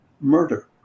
murder